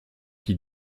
qui